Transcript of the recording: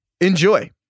enjoy